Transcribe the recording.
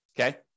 okay